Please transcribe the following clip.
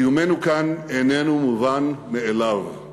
קיומנו כאן איננו מובן מאליו,